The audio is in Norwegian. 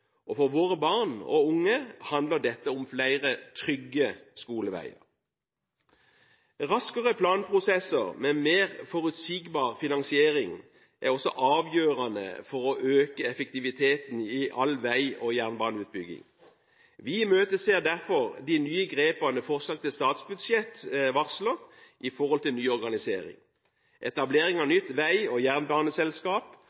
sykkelveier. For våre barn og unge handler dette om flere trygge skoleveier. Raskere planprosesser med mer forutsigbar finansiering er også avgjørende for å øke effektiviteten i all vei- og jernbaneutbygging. Vi imøteser derfor de nye grepene forslaget til statsbudsjett varsler med tanke på nyorganisering. Etablering av